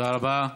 תודה רבה.